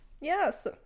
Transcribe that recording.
yes